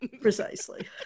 precisely